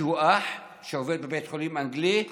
שהוא אח שעובד בבית החולים האנגלי,